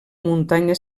muntanya